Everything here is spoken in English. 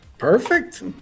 Perfect